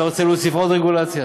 אתה רוצה להוסיף עוד רגולציה,